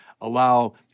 allow